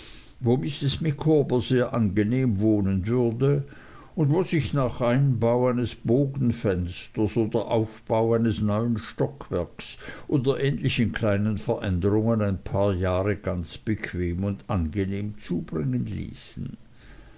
wo mrs micawber sehr angenehm wohnen würde und wo sich nach einbau eines bogenfensters oder aufbau eines neuen stockwerks oder ähnlichen kleinen veränderungen ein paar jahre ganz bequem und angenehm zubringen ließen